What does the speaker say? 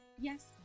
Yes